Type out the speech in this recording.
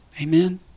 Amen